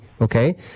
okay